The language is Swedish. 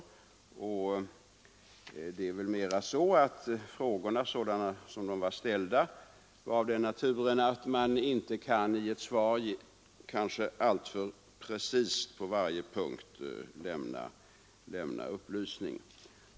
Snarare förhöll det sig väl så, att frågorna, sådana som de var ställda, var av den naturen att man i ett interpellationssvar inte alltför precist kunde lämna upplysning på varje punkt.